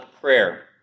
prayer